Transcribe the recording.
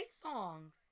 songs